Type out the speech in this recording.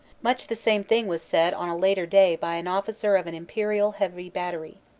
much the same thing was said on a later day by an officer of an imperial heavy battery.